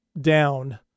down